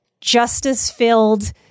justice-filled